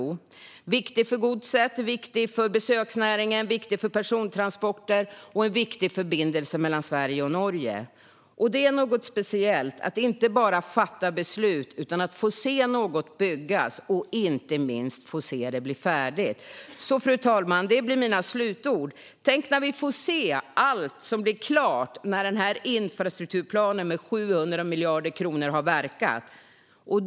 Den är viktig för godset, viktig för besöksnäringen, viktig för persontransporter och en viktig förbindelse mellan Sverige och Norge. Det är något speciellt att inte bara fatta beslut utan att få se något byggas och inte minst att få se det bli färdigt. Fru talman! Det blir mina slutord. Tänk när vi får se allt som blir klart när denna infrastrukturplan med 700 miljarder kronor har fått verka.